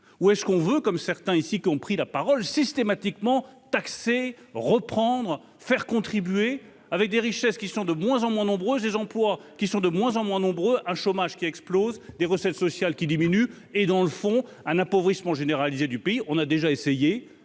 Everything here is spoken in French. où est-ce qu'on veut comme certains ici qui ont pris la parole systématiquement taxées reprendre faire contribuer avec des richesses qui sont de moins en moins nombreuses, des emplois qui sont de moins en moins nombreux, un chômage qui explose, des recettes sociales qui diminue et dans le fond un appauvrissement généralisé du pays,